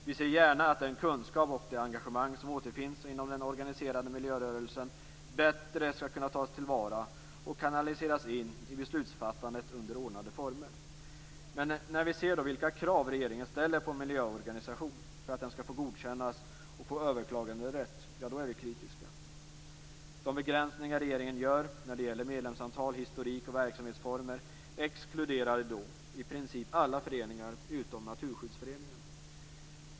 Vi ser gärna att den kunskap och det engagemang som återfinns inom den organiserade miljörörelsen bättre skall kunna tas tillvara och kanaliseras in i beslutsfattandet under ordnade former. Men när vi ser vilka krav regeringen ställer på en miljöorganisation för att den skall godkännas och få överklaganderätt är vi kritiska. De begränsningar regeringen gör när det gäller medlemsantal, historik och verksamhetsformer exkluderar i princip alla föreningar utom Naturskyddsföreningen.